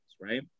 right